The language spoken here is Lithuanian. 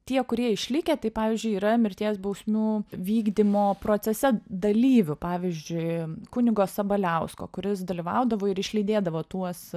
tie kurie išlikę tai pavyzdžiui yra mirties bausmių vykdymo procese dalyvių pavyzdžiui kunigo sabaliausko kuris dalyvaudavo ir išlydėdavo tuos